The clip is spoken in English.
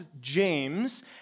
James